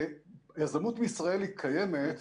יזמות מישראל קיימת.